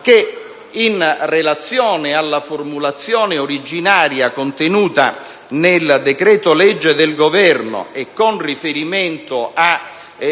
che, in relazione alla formulazione originaria contenuta nel decreto-legge del Governo e con riferimento a